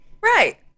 Right